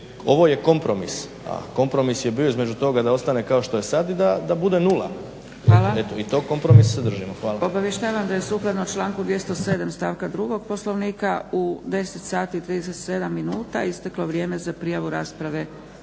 ovo je kompromis, a kompromis je bio između toga da ostane kao što je sad i da bude nula i to kompromis sadrži. **Zgrebec, Dragica (SDP)** Hvala. Obavještavam da je sukladno članku 207. stavku 2. Poslovnika u 10.37. minuta isteklo vrijeme za prijavu rasprave